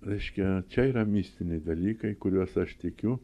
reiškia čia yra mistiniai dalykai kuriuos aš tikiu